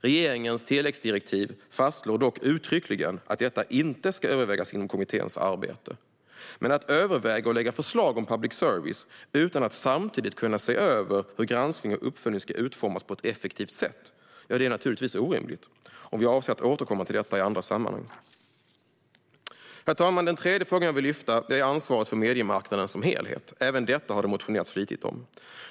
Regeringens tilläggsdirektiv fastslår dock uttryckligen att detta inte ska övervägas inom kommitténs arbete. Att överväga och lägga förslag om public service utan att samtidigt kunna se över hur granskning och uppföljning ska utformas på ett effektivt sätt är naturligtvis orimligt. Detta avser vi att återkomma till i andra sammanhang. Herr talman! Den tredje frågan jag vill lyfta fram är ansvaret för mediemarknaden som helhet. Även detta har det motionerats flitigt om.